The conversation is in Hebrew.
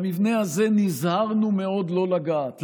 במבנה הזה נזהרנו מאוד לא לגעת.